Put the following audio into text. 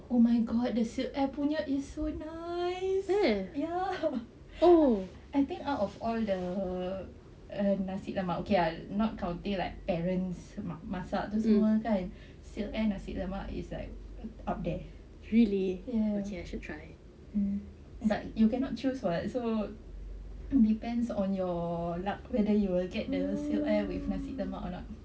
oh my god the silk air punya is so nice ya oh I think out of all the err nasi lemak okay ah not counting like parents ma~ masak semua kan silk air nasi lemak is like up there ya but you cannot choose [what] so depends on your luck whether you will get the silk air with nasi lemak or not